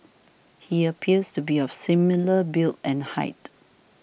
he appears to be of similar build and height